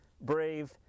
brave